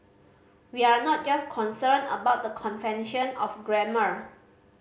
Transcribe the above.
we're not just concerned about the convention of grammar